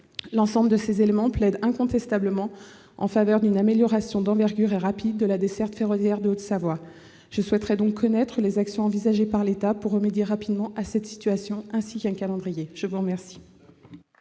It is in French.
L'ensemble de ces éléments plaident incontestablement en faveur d'une amélioration d'envergure et rapide de la desserte ferroviaire de la Haute-Savoie. Je souhaiterais donc connaître les actions envisagées par l'État pour remédier rapidement à cette situation, ainsi que leur calendrier. Très bien